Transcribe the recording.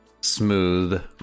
smooth